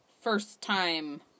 first-time